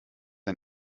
ein